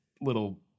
little